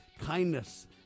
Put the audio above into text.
kindness